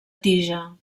tija